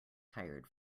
tired